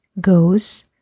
goes